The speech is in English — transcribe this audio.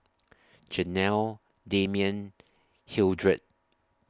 Janell Damion Hildred